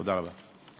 תודה רבה.